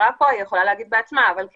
יערה פה, היא יכולה להגיד בעצמה, אבל כן.